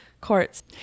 courts